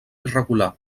irregular